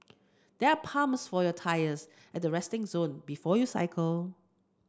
there are pumps for your tyres at the resting zone before you cycle